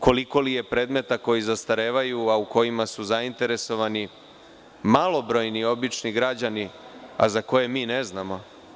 Koliko li je predmeta koji zastarevaju a u kojima su zainteresovani malobrojni obični građani, a za koje mi ne znamo?